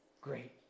great